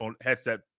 headset